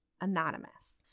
Anonymous